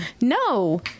No